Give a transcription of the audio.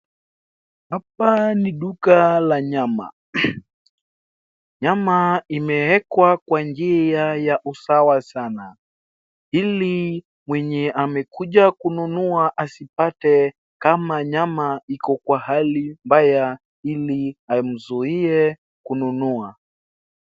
Hapa ni duka la nyama. Nyama imeekwa kwa njia ya usawa sana ili mwenye amekuja kununua hasipate kama nyama iko kwa hali mbaya ili amzuie kununua.